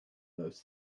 those